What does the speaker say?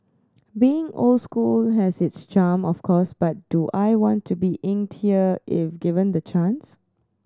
being old school has its charm of course but do I want to be inked here if given the chance